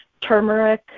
turmeric